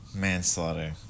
manslaughter